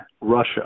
Russia